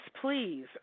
please